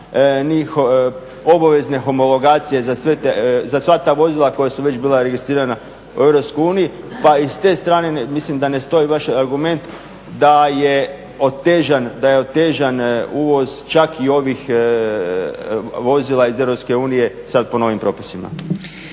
ni obavezne homologacije za sva ta vozila koja su već bila registrirana u EU pa i s te strane mislim da ne stoji vaš argument da je otežan uvoz čak i ovih vozila iz EU sada po novim propisima.